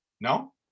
No